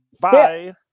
Bye